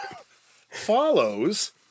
follows